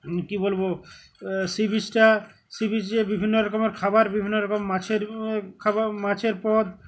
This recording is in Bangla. কী বলবো সি বিচটা সি বিচে যে বিভিন্ন রকমের খাবার বিভিন্ন রকম মাছের খাবার মাছের পদ